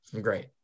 great